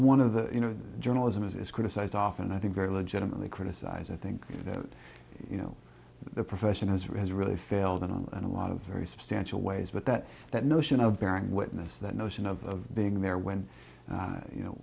one of the you know journalism is criticized often i think very legitimately criticized i think that you know the profession has risen really failed and in a lot of very substantial ways but that that notion of bearing witness that notion of being there when you know